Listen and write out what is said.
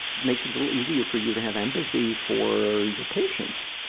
makes it a little easier for you to have empathy for your patients.